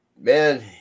man